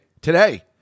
today